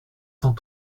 cent